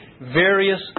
various